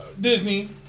Disney